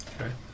Okay